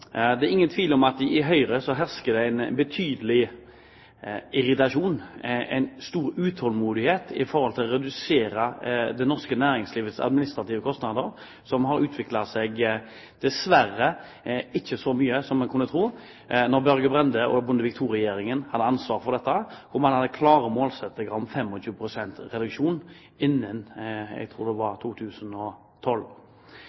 Det er ingen tvil om at det i Høyre hersker en betydelig irritasjon, en stor utålmodighet, i forhold til å redusere det norske næringslivets administrative kostnader, som dessverre ikke har utviklet seg så mye som en kunne tro da Børge Brende og Bondevik II-regjeringen hadde ansvar for dette og da man hadde klare målsettinger om 25 pst. reduksjon innen 2012, tror jeg det